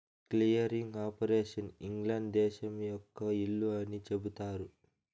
clearing operation England దేశం యొక్క ఇల్లు అని చెబుతారు